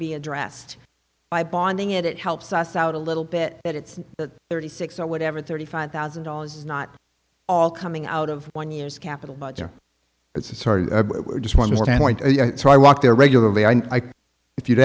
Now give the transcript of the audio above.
be addressed by bonding it it helps us out a little bit that it's the thirty six or whatever thirty five thousand dollars is not all coming out of one year's capital budget it's just one more point so i walked there regularly and if you'd